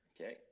Okay